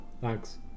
thanks